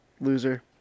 Loser